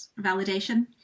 validation